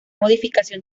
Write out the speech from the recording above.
modificación